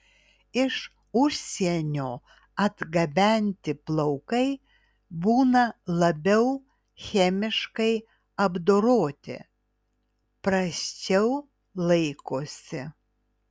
iš užsienio atgabenti plaukai būna labiau chemiškai apdoroti prasčiau laikosi